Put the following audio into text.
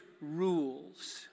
rules